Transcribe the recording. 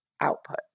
output